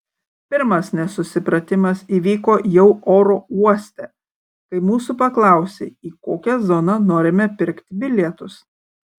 pirmas nesusipratimas įvyko jau oro uoste kai mūsų paklausė į kokią zoną norime pirkti bilietus